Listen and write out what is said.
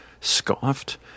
scoffed